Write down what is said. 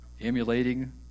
emulating